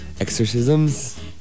exorcisms